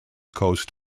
coast